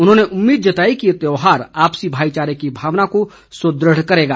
उन्होंने उम्मीद जताई कि ये त्यौहार आपसी भाईचारे की भावना को सुदृढ़ करेगा